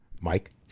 Mike